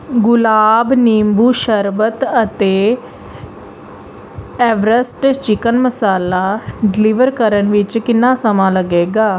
ਗੁਲਾਬ ਨਿੰਬੂ ਸ਼ਰਬਤ ਅਤੇ ਐਵਰੈਸਟ ਚਿਕਨ ਮਸਾਲਾ ਡਿਲੀਵਰ ਕਰਨ ਵਿੱਚ ਕਿੰਨਾ ਸਮਾਂ ਲੱਗੇਗਾ